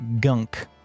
Gunk